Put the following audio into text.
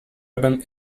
even